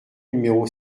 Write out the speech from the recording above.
numéro